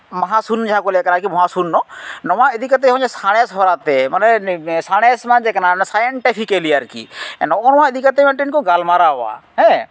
ᱢᱟᱦᱟᱥᱩᱱ ᱡᱟᱦᱟᱸ ᱠᱚ ᱞᱟᱹᱭᱮᱫ ᱠᱟᱱ ᱟᱨᱠᱤ ᱢᱚᱦᱟᱥᱩᱱᱱᱚ ᱱᱚᱣᱟ ᱤᱫᱤ ᱠᱟᱛᱮ ᱦᱚᱸ ᱡᱮ ᱦᱚᱸᱜᱼᱚᱭ ᱥᱟᱬᱮᱥ ᱦᱚᱨᱟᱛᱮ ᱢᱟᱱᱮ ᱥᱟᱬᱮᱥ ᱢᱟᱱᱮ ᱪᱮᱫ ᱠᱟᱱᱟ ᱚᱱᱮ ᱥᱟᱭᱮᱱᱴᱤᱯᱷᱤᱠᱮᱞᱤ ᱟᱨᱠᱤ ᱱᱚᱜᱼᱚ ᱱᱚᱣᱟ ᱤᱫᱤ ᱠᱟᱛᱮ ᱢᱤᱫᱴᱤᱱ ᱠᱚ ᱜᱟᱞᱢᱟᱨᱟᱣᱟ ᱦᱮᱸ